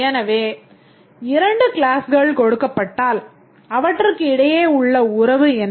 எனவே 2 க்ளாஸ்கள் கொடுக்கப்பட்டால் அவற்றுக்கிடையே உள்ள உறவு என்ன